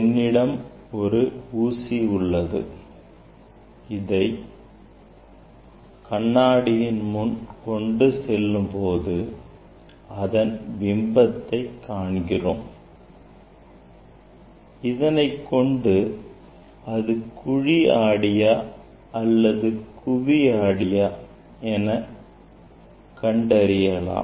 என்னிடம் ஒரு ஊசி உள்ளது இதை கண்ணாடியின் முன் கொண்டு செல்லும் போது அதன் பிம்பத்தை காண்கிறோம் இதனைக் கொண்டு அது குழி ஆடியா அல்லது குவி ஆடியா என கண்டறியலாம்